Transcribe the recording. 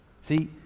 See